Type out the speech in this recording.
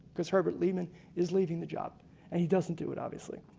because herbert lehman is leaving the job and he doesn't do it obviously.